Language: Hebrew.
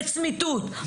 לצמיתות.